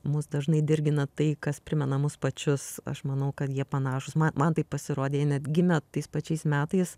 mus dažnai dirgina tai kas primena mus pačius aš manau kad jie panašūs man man taip pasirodė jie net gimę tais pačiais metais